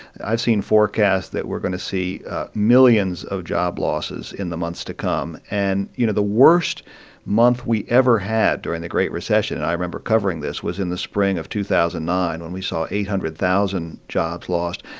i've seen forecasts that we're going to see millions of job losses in the months to come. and, you know, the worst month we ever had during the great recession and i remember covering this was in the spring of two thousand and nine when we saw eight hundred thousand jobs lost.